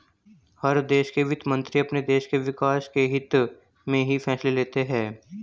हर देश के वित्त मंत्री अपने देश के विकास के हित्त में ही फैसले लेते हैं